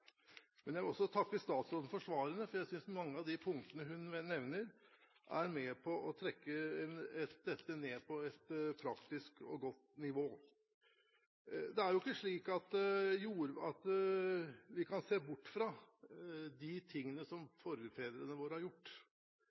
Men jeg vil også takke statsråden for svarene, for jeg synes mange av de punktene hun nevner, er med på å trekke dette ned på et praktisk og godt nivå. Det er ikke slik at vi kan se bort fra det som forfedrene våre har gjort.